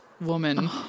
woman